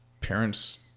parents